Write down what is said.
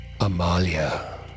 Amalia